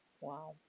Wow